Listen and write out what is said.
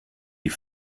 die